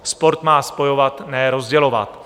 Sport má spojovat, ne rozdělovat.